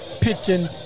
pitching